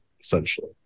essentially